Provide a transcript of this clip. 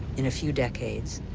in a few decades,